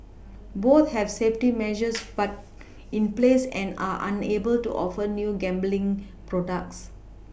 both have safety measures put in place and are unable to offer new gambling products